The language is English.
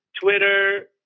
Twitter